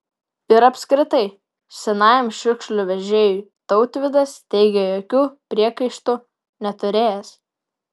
ir apskritai senajam šiukšlių vežėjui tautvydas teigė jokių priekaištų neturėjęs